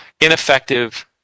ineffective